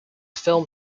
film